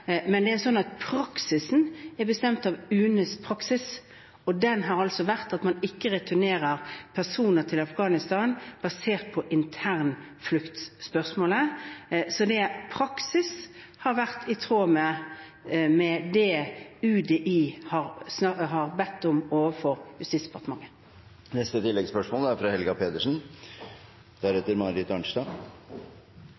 men det er sånn at praksisen er bestemt av UNEs praksis, og den har vært at man ikke returnerer personer til Afghanistan basert på intern flukt-spørsmålet, så praksis har vært i tråd med det som UDI har bedt Justisdepartementet om. Helga Pedersen – til oppfølgingsspørsmål. Utgangspunktet for den runden vi har nå, er